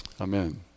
Amen